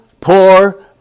poor